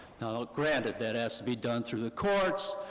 now, granted, that has to be done through the courts,